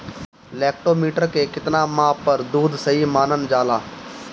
Lactometer के कितना माप पर दुध सही मानन जाला?